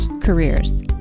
careers